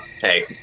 hey